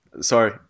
sorry